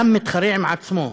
שאדם מתחרה עם עצמו,